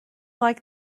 like